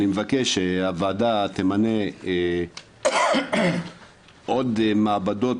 אני מבקש שהוועדה תמנה עוד מעבדות